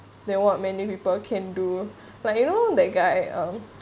than what many people can do like you know that guy uh